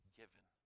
given